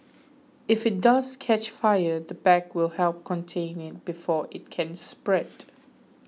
if it does catch fire the bag will help contain it before it can spread